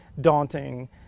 daunting